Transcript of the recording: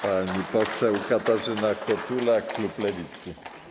Pani poseł Katarzyna Kotula, klub Lewicy.